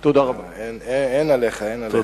אין עליך, אין עליך.